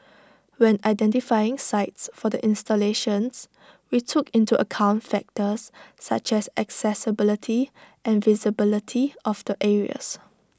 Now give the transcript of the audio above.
when identifying sites for the installations we took into account factors such as accessibility and visibility of the areas